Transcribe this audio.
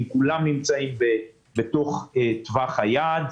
כולן נמצאות בתוך טווח היעד.